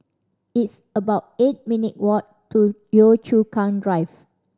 it's about eight minute walk to Yio Chu Kang Drive